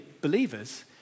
believers